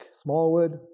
Smallwood